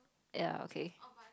ya okay